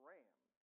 Ram